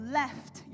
left